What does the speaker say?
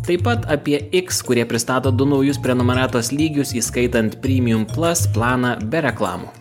taip pat apie iks kurie pristato du naujus prenumeratos lygius įskaitant prymjum plas planą be reklamų